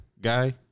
guy